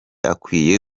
akwiye